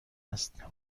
است